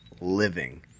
living